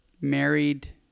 married